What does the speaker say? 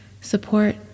support